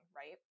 right